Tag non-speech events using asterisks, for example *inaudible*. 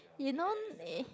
you know *noise*